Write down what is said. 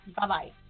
Bye-bye